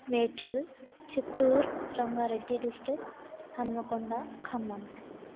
Medchal Chittoor Rangareddy district Hanamkonda Khammam